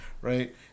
right